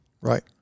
right